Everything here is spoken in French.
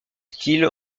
style